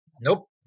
Nope